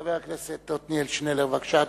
חבר הכנסת עתניאל שנלר, בבקשה.